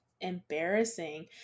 embarrassing